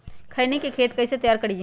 खैनी के खेत कइसे तैयार करिए?